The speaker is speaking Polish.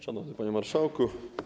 Szanowny Panie Marszałku!